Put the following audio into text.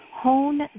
hone